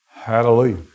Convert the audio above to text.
Hallelujah